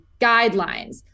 guidelines